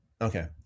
okay